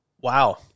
Wow